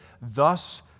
Thus